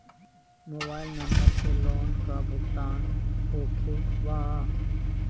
Mobile number से loan का भुगतान होखे बा?